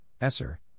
Esser